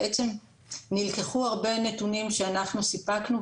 בעצם נלקחו הרבה נתונים שאנחנו סיפקנו,